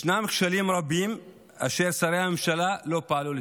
ישנם "כשלים רבים אשר שרי הממשלה לא פעלו לתיקונם".